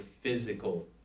physical